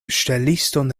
ŝteliston